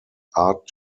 art